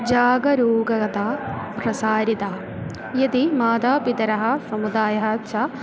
जागरूगाता प्रसारिता यदि मातापितरः समुदायः च